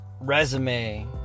resume